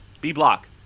B-Block